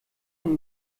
und